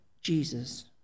Jesus